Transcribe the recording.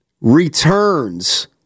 returns